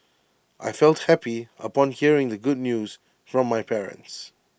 I felt happy upon hearing the good news from my parents